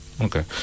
Okay